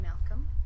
Malcolm